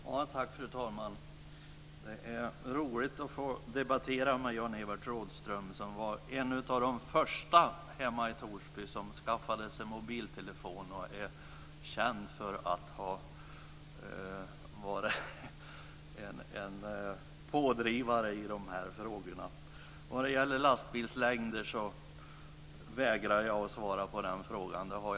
Fru talman! Det är roligt att få debattera med Jan Evert Rådhström, som var en av de första hemma i Torsby som skaffade sig mobiltelefon och är känd för att ha varit en pådrivare i dessa frågor. Vad det gäller lastbilslängder kan jag säga att jag vägrar att svara.